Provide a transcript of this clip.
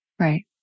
Right